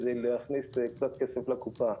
על מנת להכניס קצת כסף לקופה.